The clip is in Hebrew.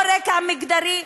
לא רקע מגדרי,